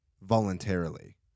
voluntarily